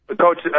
Coach